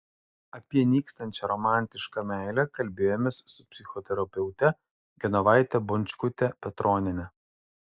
apie nykstančią romantišką meilę kalbėjomės su psichoterapeute genovaite bončkute petroniene